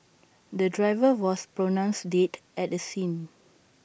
the driver was pronounced dead at the scene